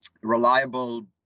reliable